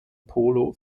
polo